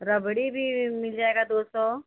रबड़ी भी वि मिल जाएगा दो सौ